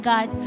God